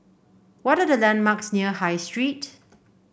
what are the landmarks near High Street